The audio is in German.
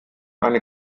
eine